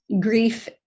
grief